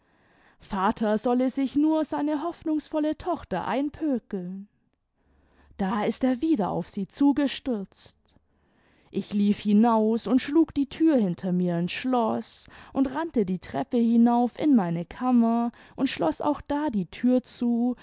vater solle sich nur seine hoffnungsvolle tochter einpökeln da ist er wieder auf sie zugestürzt ich lief hinaus und schlug die tür hinter mir ins schloß und rannte die treppe hinauf in meine kammer und schloß auch da die tür zu